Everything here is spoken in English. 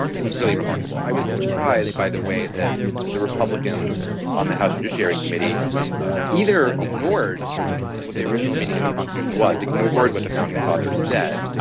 was really remarkable. i was surprised by the way, that the republicans on the house judiciary committee either ignored what the original meaning of the constitution was, ignored, what the founding fathers said,